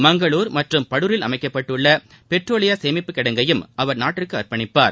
மங்களூர் மற்றும் படூரில் அமைக்கப்பட்டுள்ள பெட்ரோலிய சேமிப்பு கிடங்கையும் நாட்டிற்கு அவர் அர்ப்பணிப்பார்